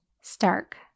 stark